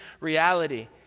reality